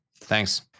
Thanks